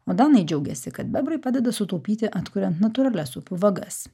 o danai džiaugiasi kad bebrai padeda sutaupyti atkuriant natūralias upių vagas